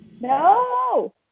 no